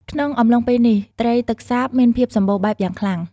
ក្នុងអំឡុងពេលនេះ ត្រីទឹកសាបមានភាពសម្បូរបែបយ៉ាងខ្លាំង។